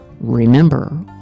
Remember